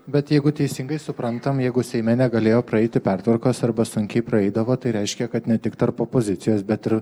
bet jeigu teisingai suprantam jeigu seime negalėjo praeiti pertvarkos arba sunkiai praeidavo tai reiškia kad ne tik tarp opozicijos bet ir